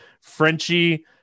Frenchie